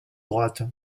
droite